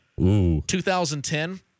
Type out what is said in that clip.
2010